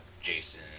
Jason